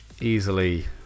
easily